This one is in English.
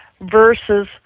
versus